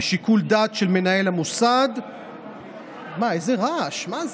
בשיקול דעת של מנהל המוסד, איזה רעש, מה זה?